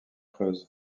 creuse